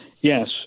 Yes